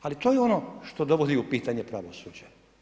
Ali to je ono što dovodi u pitanje pravosuđe.